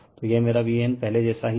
तो यह मेरा Van पहले जेसा ही था